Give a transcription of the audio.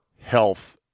health